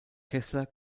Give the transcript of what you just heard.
kessler